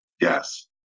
Yes